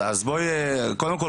קודם כל,